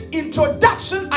introduction